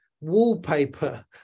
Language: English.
wallpaper